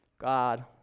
God